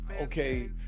okay